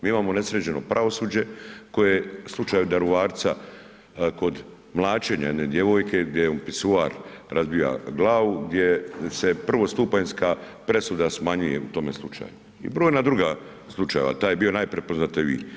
Mi imamo nesređeno pravosuđe koje je u slučaju Daruvarca kod mlaćenja jedne djevojke, gdje joj pisuar razbija glavu, gdje se prvostupanjska presuda smanjuje u tome slučaju i brojna druga slučajeva, taj je bio najprepoznatljiviji.